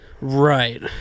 right